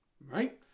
right